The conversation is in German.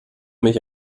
mich